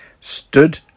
stood